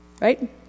Right